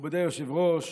מכובדי היושב-ראש,